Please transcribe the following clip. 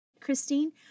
christine